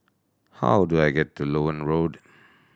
how do I get to Loewen Road